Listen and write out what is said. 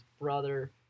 brother